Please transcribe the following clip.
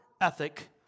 ethic